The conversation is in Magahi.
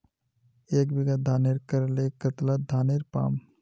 एक बीघा धानेर करले कतला धानेर पाम?